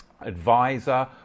advisor